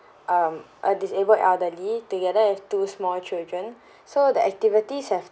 um a disabled elderly together with two small children so the activities have